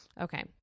okay